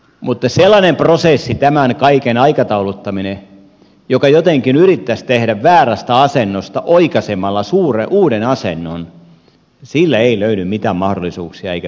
mutta sellaiselle prosessille tämän kaiken aikatauluttamiselle joka jotenkin yrittäisi tehdä väärästä asennosta oikaisemalla uuden asennon ei löydy mitään mahdollisuuksia eikä perusteita